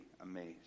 amazed